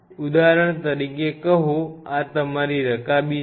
ઉદાહરણ તરીકે કહો આ તમારી રકાબી છે